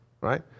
right